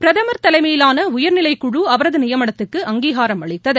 பிரதமர் தலைமையிலான உயர்நிலைக்குழு அவரது நியமனத்துக்கு அங்கீகாரம் அளித்தது